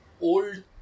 Old